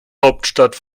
hauptstadt